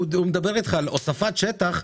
הוא מדבר אתך על הוספת שטח,